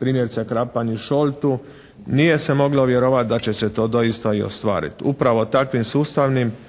primjerice Krapan i Šoltu nije se moglo vjerovati da će se to doista i ostvariti. Upravo takvim sustavnim